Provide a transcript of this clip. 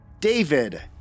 David